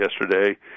yesterday